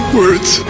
words